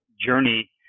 journey